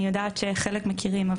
אני יודעת שחלק מכירים,